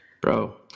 Bro